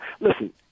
Listen